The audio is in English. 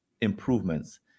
improvements